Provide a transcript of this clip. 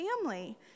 family